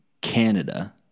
Canada